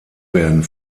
werden